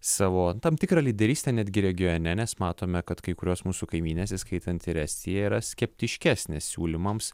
savo tam tikrą lyderystę netgi regione nes matome kad kai kurios mūsų kaimynės įskaitant ir estiją yra skeptiškesnės siūlymams